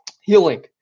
healing